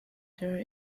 there